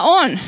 on